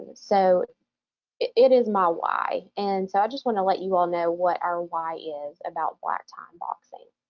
so it is my why and so i just wanna let you all know what our why is about black tie and boxing.